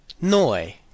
Noi